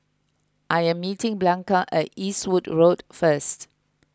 I am meeting Blanca at Eastwood Road first